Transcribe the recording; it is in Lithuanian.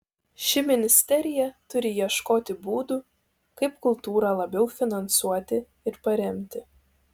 ši ministerija turi ieškoti būdų kaip kultūrą labiau finansuoti ir paremti